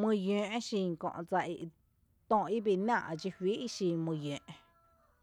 my yǿǿǿ’ xin kö’ dsa tö ibii náa’ dxíjuí ixin my yǿǿǿ’.